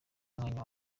mwanya